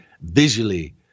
visually